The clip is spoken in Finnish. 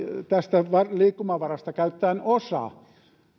tästä liikkumavarasta käytetään osa